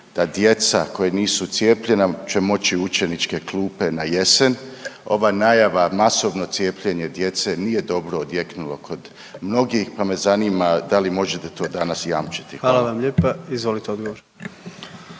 da djeca koja nisu cijepljenja će moći u učeničke klupe na jesen? Ova najava masovno cijepljenje djece nije dobro odjeknula kod mnogih, pa me zanima da li možete danas to jamčiti? Hvala. **Jandroković, Gordan